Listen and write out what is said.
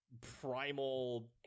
primal